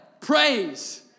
praise